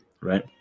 right